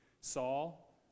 Saul